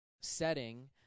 setting